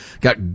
got